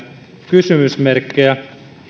kysymysmerkkejä